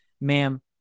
Ma'am